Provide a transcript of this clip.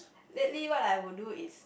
lately what I would do is